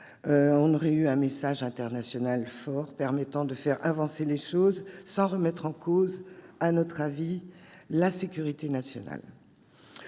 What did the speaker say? constitué un message international fort, permettant de faire avancer les choses sans remettre en cause, à notre avis, la sécurité nationale.